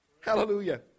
Hallelujah